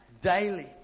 Daily